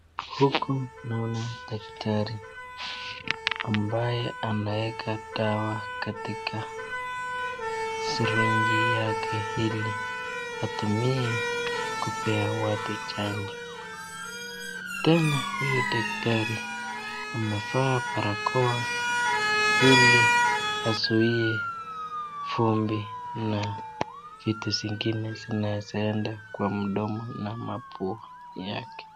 Huku naona daktari ambaye anaweka dawa katika sirinji yake hili atumie kupea watu chanjo. Tena huyu daktari amevaa barakoa hili azuie vumbi na vitu zingine zinaweza enda kwa mdomo na mapua yake.